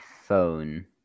phone